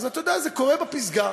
אתה יודע, זה קורה בפסגה.